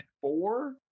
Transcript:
four